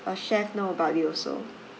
our chef know about it also